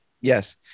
yes